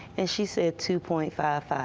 and she said, two point five five.